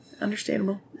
Understandable